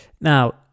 Now